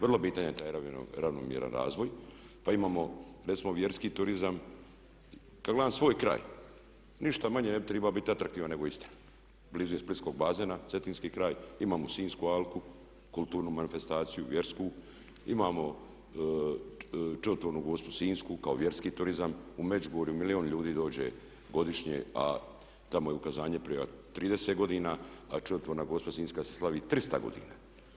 Vrlo bitan je taj ravnomjeran razvoje pa imamo recimo vjerski turizam taman svoj kraj ništa manje ne bi trebao biti atraktivan nego Istra, blizu je splitskog bazena, cetinski kraj imamo Sinjsku alku kulturnu manifestaciju, vjersku, imamo čudotvornu Gospu Sinjsku kao vjerski turizam, u Međugorju milijun ljudi dođe godišnje a tamo je ukazanje prije 30 godina a čudotvorna Gospa Sinjska se slavi 300 godina.